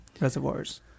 reservoirs